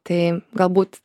tai galbūt